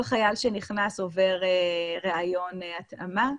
כל חייל שנכנס עובר ראיון התאמה,